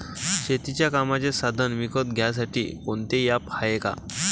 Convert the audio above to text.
शेतीच्या कामाचे साधनं विकत घ्यासाठी कोनतं ॲप हाये का?